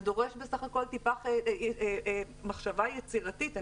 זה דורש בסך הכול טיפה מחשבה יצירתית.